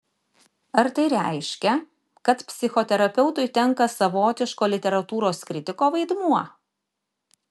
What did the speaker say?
ar tai reiškia kad psichoterapeutui tenka savotiško literatūros kritiko vaidmuo